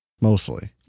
mostly